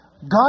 God